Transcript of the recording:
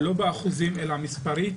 לא באחוזים אלא מספרית